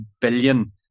billion